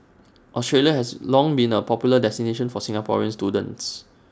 Australia has long been A popular destination for Singaporean students